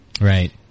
Right